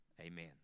Amen